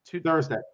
Thursday